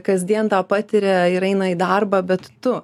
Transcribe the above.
kasdien tą patiria ir eina į darbą bet tu